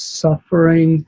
suffering